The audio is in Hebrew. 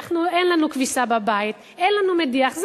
אין לנו כביסה בבית, אין לנו מדיח.